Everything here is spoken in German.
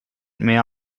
mehr